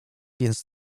więc